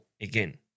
again